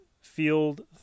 Field